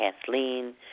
Kathleen